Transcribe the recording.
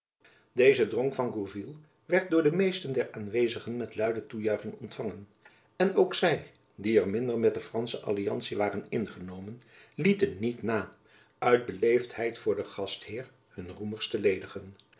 deze dronk van gourville werd door de meesten der aanwezigen met luide toejuiching ontfangen en ook zy die er minder met de fransche alliantie waren ingenomen lieten niet na uit beleefdheid voor den gastheer hun roemers te ledigen